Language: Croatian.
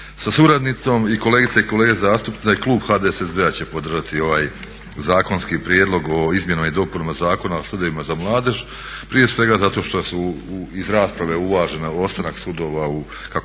sa suradnicom, kolegice i kolege zastupnici. Klub HDSSB-a će podržati ovaj zakonski Prijedlog o izmjenama i dopunama Zakona o sudovima za mladež, prije svega zato što su iz rasprave uvažene ostanak sudova kako